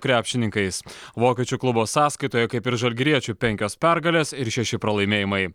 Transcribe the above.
krepšininkais vokiečių klubo sąskaitoje kaip ir žalgiriečių penkios pergalės ir šeši pralaimėjimai